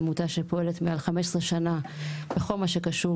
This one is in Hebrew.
עמותה שפועלת מעל 15 שנים בכל מה שקשור